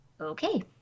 okay